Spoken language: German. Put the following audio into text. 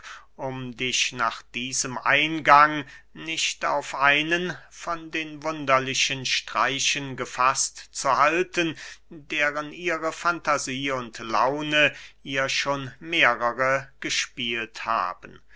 um dich nach diesem eingang nicht auf einen von den wunderlichen streichen gefaßt zu halten deren ihre fantasie und laune ihr schon mehrere gespielt haben